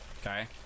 okay